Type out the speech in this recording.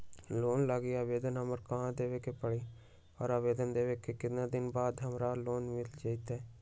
Loan लागी आवेदन हमरा कहां देवे के पड़ी और आवेदन देवे के केतना दिन बाद हमरा लोन मिल जतई?